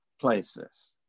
places